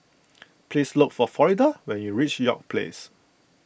please look for Florida when you reach York Place